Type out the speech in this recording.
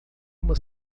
uma